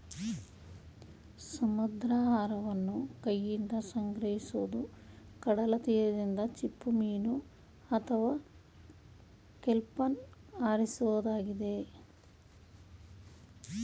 ಸಮುದ್ರಾಹಾರವನ್ನು ಕೈಯಿಂದ ಸಂಗ್ರಹಿಸೋದು ಕಡಲತೀರದಿಂದ ಚಿಪ್ಪುಮೀನು ಅಥವಾ ಕೆಲ್ಪನ್ನು ಆರಿಸೋದಾಗಿದೆ